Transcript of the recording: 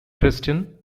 christian